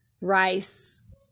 rice